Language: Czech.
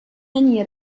není